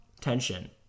tension